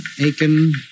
Aiken